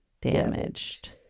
damaged